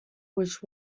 which